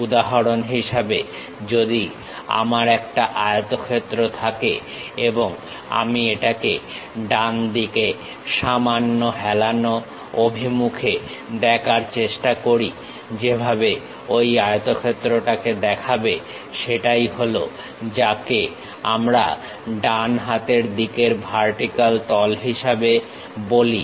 উদাহরণ হিসেবে যদি আমার একটা আয়তক্ষেত্র থাকে এবং আমি এটাকে ডানদিকে সামান্য হেলানো অভিমুখে দেখার চেষ্টা করি যেভাবে ঐ আয়তক্ষেত্রটাকে দেখাবে সেটাই হলো যাকে আমরা ডান হাতের দিকের ভার্টিক্যাল তল হিসাবে বলি